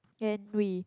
and we